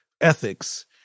ethics